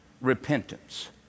repentance